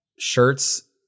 shirts